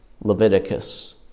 Leviticus